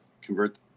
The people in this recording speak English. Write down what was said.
convert